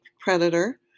predator